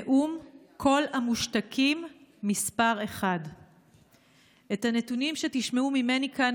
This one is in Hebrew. נאום קול המושתקים מס' 1. את הנתונים שתשמעו ממני כאן